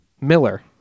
Miller